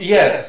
Yes